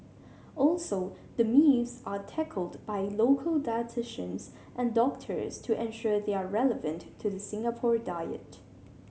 also the myths are tackled by local dietitians and doctors to ensure they are relevant to the Singapore diet